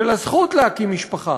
של הזכות להקים משפחה,